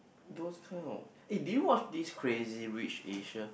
those kind of eh did you watch this Crazy Rich Asian